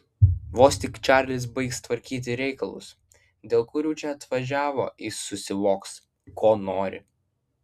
vos tik čarlis baigs tvarkyti reikalus dėl kurių čia atvažiavo jis susivoks ko nori